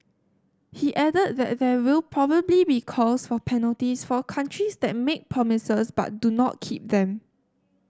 he added that there will probably be calls for penalties for countries that make promises but do not keep them